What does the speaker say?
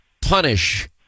punish